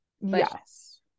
Yes